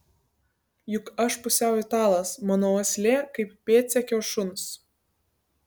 juk aš pusiau italas mano uoslė kaip pėdsekio šuns